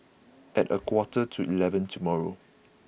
at a quarter to eleven tomorrow